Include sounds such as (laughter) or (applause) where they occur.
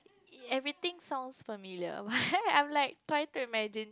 everything sounds familiar why (laughs) why I'm like try to imagine